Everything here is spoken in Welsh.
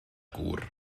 gŵr